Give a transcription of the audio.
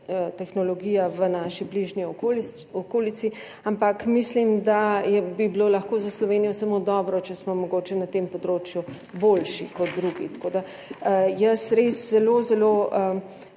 še nikjer v naši bližnji okolici, ampak mislim, da bi bilo lahko za Slovenijo samo dobro, če smo mogoče na tem področju boljši kot drugi. Jaz res zelo zelo